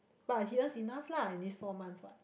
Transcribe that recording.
but he earns enough lah in these four months what